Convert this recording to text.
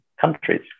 countries